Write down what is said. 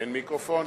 אין מיקרופון.